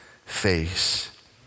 face